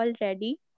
already